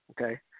Okay